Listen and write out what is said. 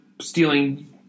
stealing